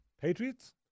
Patriots